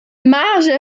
marge